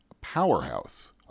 powerhouse